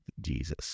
Jesus